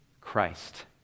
Christ